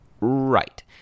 right